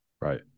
Right